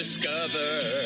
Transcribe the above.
Discover